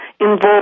involved